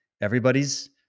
everybody's